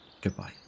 Goodbye